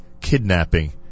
kidnapping